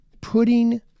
putting